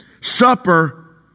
Supper